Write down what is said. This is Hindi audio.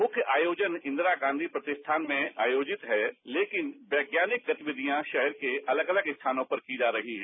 मुख्य आयोजन इंदिरा गांधी प्रतिष्ठान में आयोजित है लेकिन वैज्ञानिक गतिविधियां शहर के अलग अलग स्थानों पर की जा रही हैं